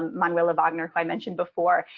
manuela bogner, who i mentioned before,